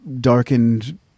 darkened